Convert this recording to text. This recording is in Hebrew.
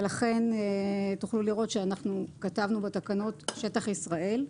ולכן תוכלו לראות שכתבנו בתקנות "שטח ישראל",